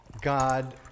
God